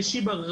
בשיבא,